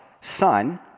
son